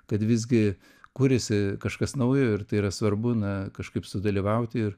kad visgi kuriasi kažkas naujo ir tai yra svarbu na kažkaip sudalyvauti ir